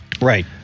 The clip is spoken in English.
Right